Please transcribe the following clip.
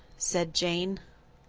said jane.